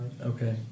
Okay